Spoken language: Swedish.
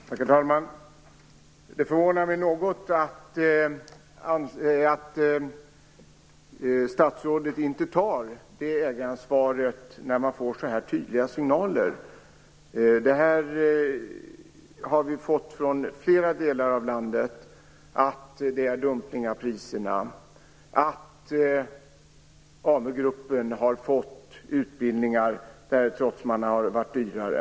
Herr talman! Det förvånar mig något att statsrådet inte tar ägaransvaret när signalerna är så här tydliga. Från flera delar av landet hör vi om dumpning av priserna och att AMU-gruppen fått genomföra utbildningar trots att de har varit dyrare.